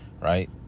right